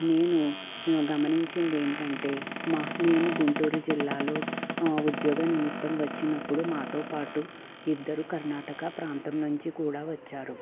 నేను గమనించింది ఏంటంటే మా మేము గుంటూరు జిల్లాలో ఉద్యోగ నిమిత్తం వచ్చినప్పుడు మాతో పాటు ఇద్దరు కర్ణాటకా ప్రాంతం నుంచి కూడా వచ్చారు